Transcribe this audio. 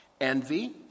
Envy